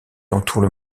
entourent